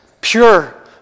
pure